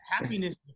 Happiness